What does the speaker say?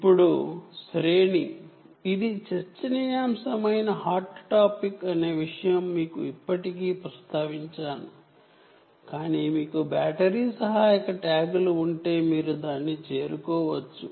ఇప్పుడు రేంజ్ ఇది చర్చనీయాంశమైన హాట్ టాపిక్ అనే విషయం అని మీకు ఇప్పటికే ప్రస్తావించాను కానీ మీకు బ్యాటరీ సహాయక ట్యాగ్లు ఉంటే మీరు దీన్ని చేరుకోవచ్చు